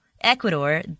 Ecuador